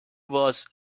was